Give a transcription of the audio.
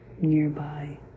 nearby